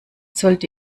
sollte